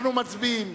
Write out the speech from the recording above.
אנחנו מצביעים: